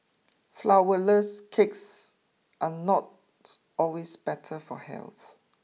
flourless cakes are not always better for health